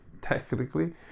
Technically